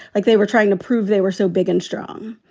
like they were trying to prove they were so big and strong.